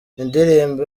indirimbo